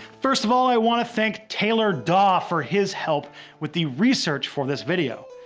first of all, i want to thank taylor dawe for his help with the research for this video.